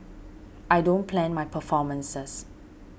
I don't plan my performances